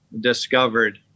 discovered